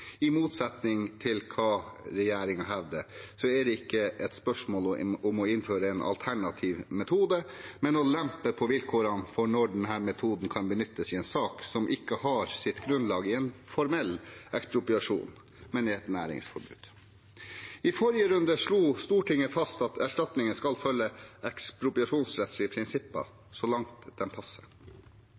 I motsetning til hva regjeringen hevder, er det ikke et spørsmål om å innføre en alternativ metode, men å lempe på vilkårene for når denne metoden kan benyttes i en sak som ikke har sitt grunnlag i en formell ekspropriasjon, men i et næringsforbud. I forrige runde slo Stortinget fast at erstatningene skal følge ekspropriasjonsrettslige prinsipper, så langt de passer.